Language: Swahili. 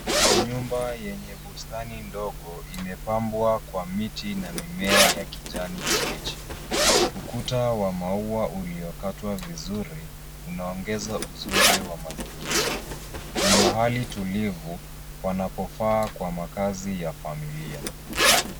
Nyumba yenye bustani ndogo imepambwa kwa miti na mimea, ya kijani kibichi. Ukuta wa maua uliokatwa vizuri, unaongeza uzuri wa mazingira. Ni mahali tulivu panapofaa kwa makazi ya familia.